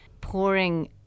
pouring